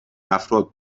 افراد